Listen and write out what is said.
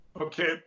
Okay